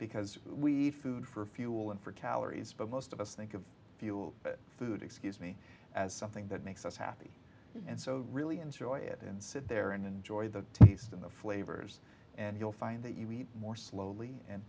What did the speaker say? because we food for fuel and for calories but most of us think of fuel food excuse me as something that makes us happy and so really enjoy it and sit there and enjoy the taste and the flavors and you'll find that you eat more slowly and